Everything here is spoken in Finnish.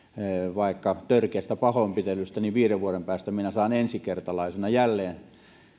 vaikka törkeästä pahoinpitelystä niin viiden vuoden päästä minä saan ensikertalaisena jälleen